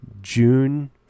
june